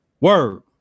Word